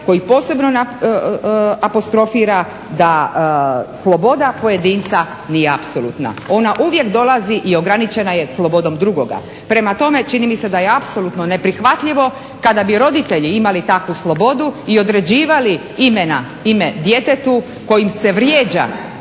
koji posebno apostrofira da sloboda pojedinca nije apsolutna. Ona uvijek dolazi i ograničena je slobodom drugoga. Prema tome, čini mi se da je apsolutno neprihvatljivo kada bi roditelji imali takvu slobodu i određivali imena ime djetetu kojim se vrijeđa